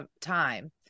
time